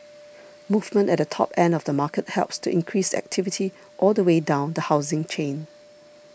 movement at the top end of the market helps to increase activity all the way down the housing chain